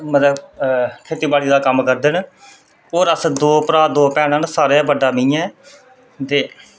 मतलव खेती बाड़ी दा कम्म करदे न और अस दो भ्राऽ दो भैनां न सारे हां बड्डा मियैं आं दे